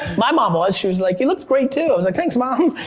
my mom was! she was like, you looked great too. i was like, thanks, mom!